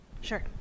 Sure